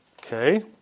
Okay